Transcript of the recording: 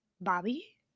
Bobby